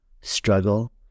struggle